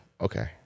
Okay